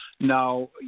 Now